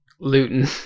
Luton